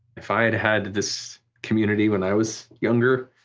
if i had had this community when i was younger,